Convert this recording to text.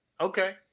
okay